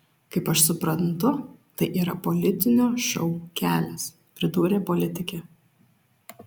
kaip aš suprantu tai yra politinio šou kelias pridūrė politikė